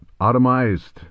automized